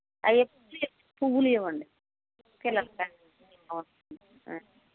అవి పువ్వులు ఇవ్వండి ఇంటికి వెళ్ళి వస్తానండి నేను